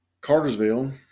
Cartersville